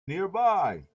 nearby